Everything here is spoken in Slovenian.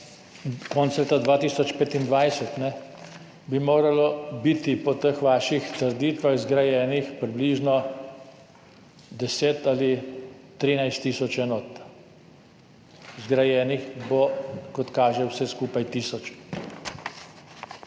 konca leta 2025 bi moralo biti po teh vaših trditvah zgrajenih približno 10 ali 13 tisoč enot. Zgrajenih bo, kot kaže, vseh skupaj tisoč,